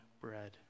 bread